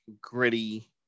gritty